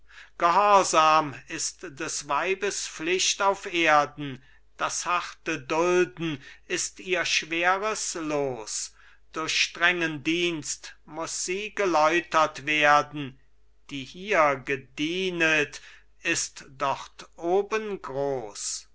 gehorsam ist des weibes pflicht auf erden das harte dulden ist ihr schweres los durch strengen dienst muß sie geläutert werden die hier gedienet ist dort oben groß